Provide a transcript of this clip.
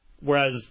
whereas